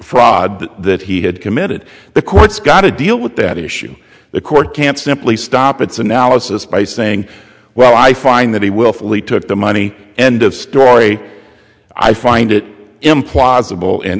fraud that he had committed the court's got to deal with that issue the court can't simply stop its analysis by saying well i find that he will flee took the money end of story i find it implausible and